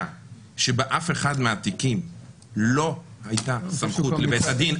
שבאף אחד מהתיקים לא הייתה סמכות לבית הדין,